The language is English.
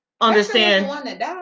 understand